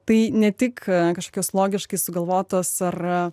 tai ne tik kažkokios logiškai sugalvotos ar